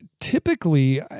typically